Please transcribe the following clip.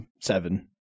Seven